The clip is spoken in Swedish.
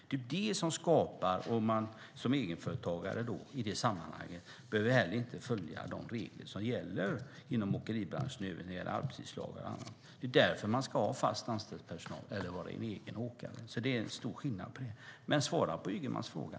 Det är det som skapar detta att man som egenföretagare i sammanhanget inte heller behöver följa de regler som gäller inom åkeribranschen när det gäller arbetstidslagar och annat. Det är därför man ska ha fast anställd personal eller vara egen åkare. Det är stor skillnad på det. Men svara på Ygemans fråga!